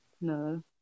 No